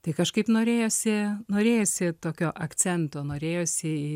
tai kažkaip norėjosi norėjosi tokio akcento norėjosi